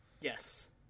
Yes